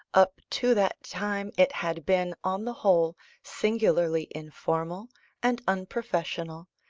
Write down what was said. up to that time it had been, on the whole, singularly informal and unprofessional,